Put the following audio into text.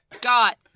got